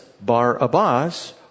Bar-Abbas